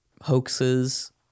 hoaxes